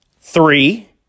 three